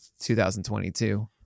2022